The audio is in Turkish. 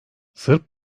sırp